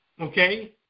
okay